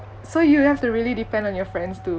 so you have to really depend on your friends too